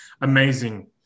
amazing